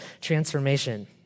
transformation